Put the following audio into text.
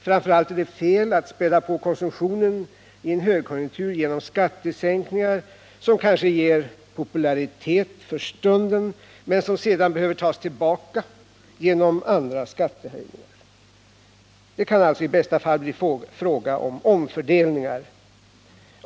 Framför allt är det fel att späda på konsumtionen i en högkonjunktur genom skattesänkningar som kanske ger popularitet för stunden men som sedan behöver tas tillbaka genom andra skattehöjningar. Det kan alltså i bästa fall bli fråga om omfördelningar.